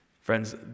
Friends